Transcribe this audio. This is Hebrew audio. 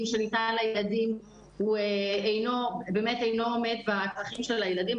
שניתן לילדים אינו עומד בצרכים של הילדים,